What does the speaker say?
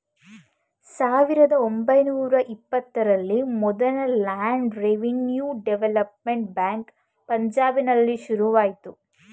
ಸಾವಿರದ ಒಂಬೈನೂರ ಇಪ್ಪತ್ತರಲ್ಲಿ ಮೊದಲ ಲ್ಯಾಂಡ್ ರೆವಿನ್ಯೂ ಡೆವಲಪ್ಮೆಂಟ್ ಬ್ಯಾಂಕ್ ಪಂಜಾಬ್ನಲ್ಲಿ ಶುರುವಾಯ್ತು